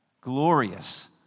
glorious